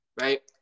Right